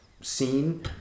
scene